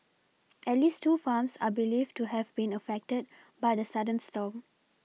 at least two farms are believed to have been affected by the sudden storm